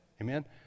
Amen